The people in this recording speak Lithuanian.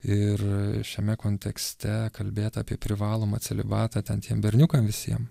ir šiame kontekste kalbėt apie privalomą celibatą ten tiem berniukam visiem